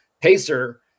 pacer